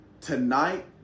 tonight